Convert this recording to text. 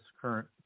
current